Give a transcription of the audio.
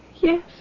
Yes